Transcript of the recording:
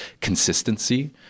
consistency